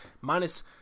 minus